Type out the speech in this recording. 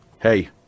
Hey